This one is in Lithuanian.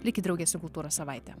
likit drauge su kultūros savaite